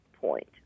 point